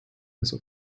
bis